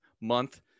month